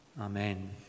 Amen